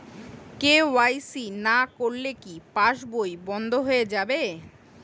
KYC না করলে কি পাশবই বন্ধ হয়ে যাবে?